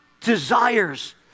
desires